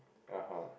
(uh huh)